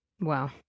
Wow